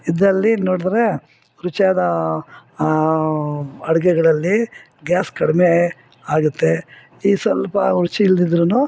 ಇದರಲ್ಲಿ ನೋಡಿದ್ರೆ ರುಚಿಯಾದ ಅಡಿಗೆಗಳಲ್ಲಿ ಗ್ಯಾಸ್ ಕಡಿಮೆ ಆಗುತ್ತೆ ಈಗ ಸ್ವಲ್ಪ ರುಚಿ ಇಲ್ದಿದ್ರು